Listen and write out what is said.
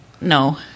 No